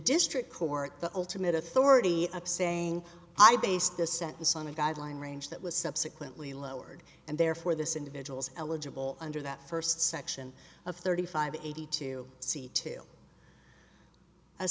district court the ultimate authority of saying i based this sentence on a guideline range that was subsequently lowered and therefore this individual's eligible under that first section of thirty five eighty two c two a